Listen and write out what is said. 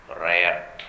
rare